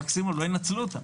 מקסימום לא ינצלו אותם,